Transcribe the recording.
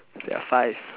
there are five